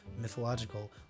mythological